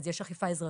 יש אכיפה אזרחית,